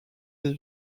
des